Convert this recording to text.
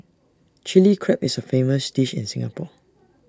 Chilli Crab is A famous dish in Singapore